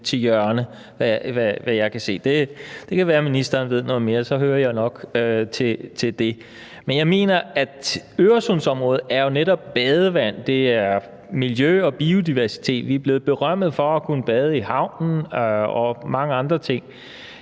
til hjørne, så vidt jeg kan se. Det kan være, ministeren ved noget mere, og så hører jeg jo nok om det. Øresundsområdet er jo netop badevand, miljø og biodiversitet. Vi er blevet berømmet for, at man kan bade i havnen og mange andre ting,